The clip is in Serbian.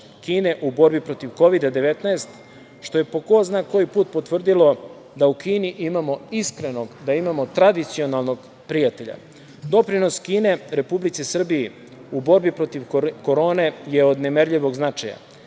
Kine u borbi protiv Kovida 19, što je po ko zna koji put potvrdilo da u Kini imamo iskrenog, da imamo tradicionalnog prijatelja. Doprinos Kine Republici Srbiji u borbi protiv korone je od nemerljivog značaja.